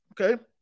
Okay